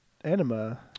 anima